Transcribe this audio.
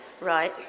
Right